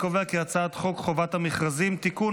הצעת חוק חובת המכרזים (תיקון,